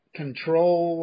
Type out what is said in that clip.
control